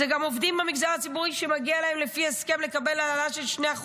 זה גם עובדים במגזר הציבורי שמגיע להם לפי הסכם לקבל העלאה של 2%,